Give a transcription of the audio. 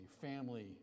family